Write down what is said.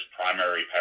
primary